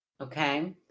Okay